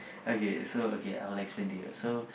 okay so okay I'll explain to you so